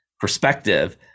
perspective